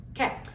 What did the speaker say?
Okay